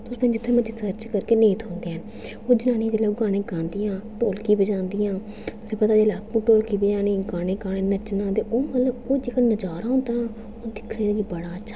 तुस जित्थै मरजी सर्च करगै नेई थ्होंदे है'न ओह् जनानियां जेह्कियां गाने गांदियां ढोलकी बजांदियां तुसें ईं पता जेल्लै आपूं ढोलकी बजानी गाने गाने नच्चना ते ओह् मतलब ओह् जेह्का नज़ारा होंदा ओह् दिक्खने गी बड़ा अच्छा लगदा